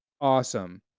awesome